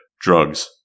Drugs